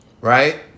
right